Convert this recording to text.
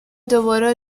دوباره